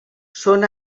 són